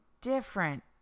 different